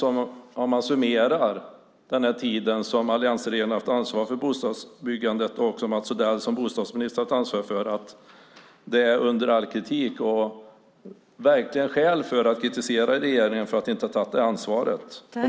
Om man summerar den tid då alliansregeringen med Mats Odell som bostadsminister har haft ansvar för bostadsbyggandet blir slutsatsen att det är under all kritik. Det finns verkligen skäl att kritisera regeringen för att inte ha tagit det ansvaret.